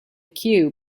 queue